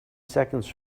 seconds